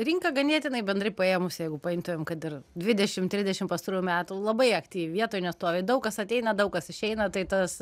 rinką ganėtinai bendrai paėmus jeigu paimtumėm kad ir dvidešim trisdešim pastarųjų metų labai aktyviai vietoj nestovi daug kas ateina daug kas išeina tai tas